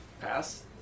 Pass